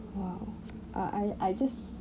!wow! I I I just